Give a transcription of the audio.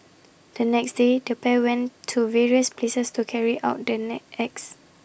the next day the pair went to various places to carry out the acts